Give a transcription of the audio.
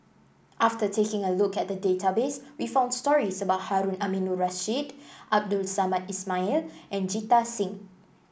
after taking a look at the database we found stories about Harun Aminurrashid Abdul Samad Ismail and Jita Singh